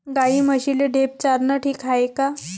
गाई म्हशीले ढेप चारनं ठीक हाये का?